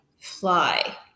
fly